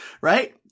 right